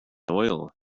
oil